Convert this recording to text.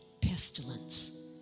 pestilence